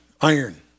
iron